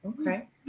Okay